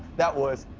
that was.